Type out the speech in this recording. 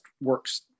works